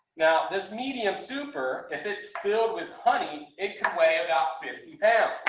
now this medium super if it's filled with honey, it can weigh about fifty pounds.